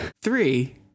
Three